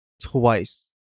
twice